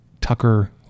tucker